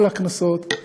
כל הכנסות,